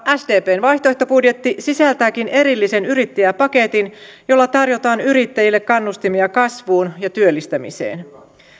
sdpn vaihtoehtobudjetti sisältääkin erillisen yrittäjäpaketin jolla tarjotaan yrittäjille kannustimia kasvuun ja työllistämiseen